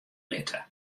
litte